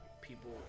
people